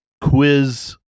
quiz